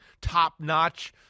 top-notch